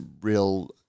real